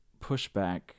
pushback